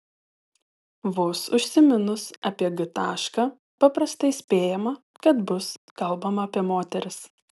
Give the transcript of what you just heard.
vos užsiminus apie g tašką paprastai spėjama kad bus kalbama apie moteris